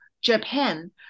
Japan